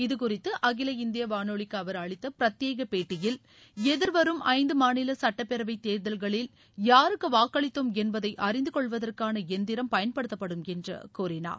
இதுகுறித்து அகில இந்திய வானொலிக்கு அவர் அளித்த பிரத்யேக பேட்டியில் எதிர்வரும் ஐந்து மாநில சட்டப்பேரவைத் தேர்தல்களில் யாருக்கு வாக்களித்தோம் என்பதை அறிந்து கொள்வதற்கான எந்திரம் பயன்படுத்தப்படும் என்று கூறினார்